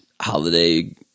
holiday